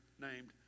named